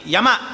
Yama